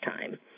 time